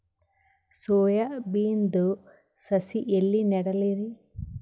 Soya ಬಿನದು ಸಸಿ ಎಲ್ಲಿ ನೆಡಲಿರಿ?